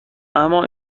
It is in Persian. اما